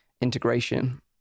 integration